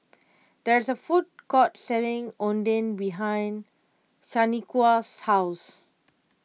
there is a food court selling Oden behind Shaniqua's house